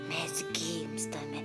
mes gimstame